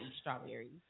strawberries